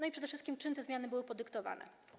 A przede wszystkim czym te zmiany były podyktowane?